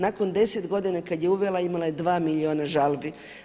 Nakon 10 godina kad je uvela imala je 2 milijuna žalbi.